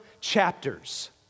chapters